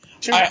Two